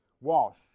Wash